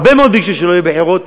הרבה מאוד ביקשו שלא יהיו בחירות,